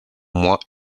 moi